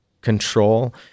control